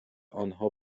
آنها